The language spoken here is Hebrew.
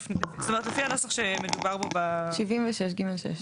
זאת אומרת לפי הנוסח שמדובר בו 76(ג)(6),